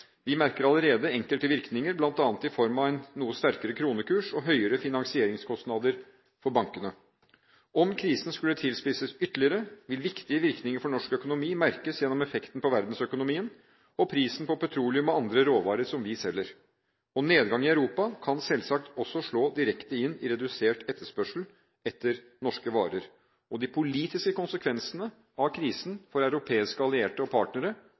Vi merker allerede enkelte virkninger, bl.a. i form av en noe sterkere kronekurs og høyere finansieringskostnader for bankene. Om krisen skulle tilspisses ytterligere, vil viktige virkninger for norsk økonomi merkes gjennom effekten på verdensøkonomien og prisen på petroleum og andre råvarer som vi selger. Nedgang i Europa kan selvsagt også slå direkte inn i redusert etterspørsel etter norske varer, og de politiske konsekvensene av krisen for europeiske allierte og partnere